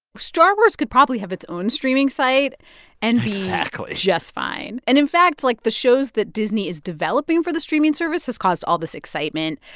star wars could probably have its own streaming site and exactly. just fine. and, in fact, like, the shows that disney is developing for the streaming service has caused all this excitement.